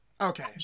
Okay